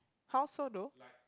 how so though